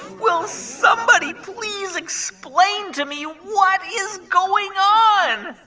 will somebody please explain to me what is going on?